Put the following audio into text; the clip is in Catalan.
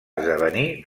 esdevenir